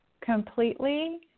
completely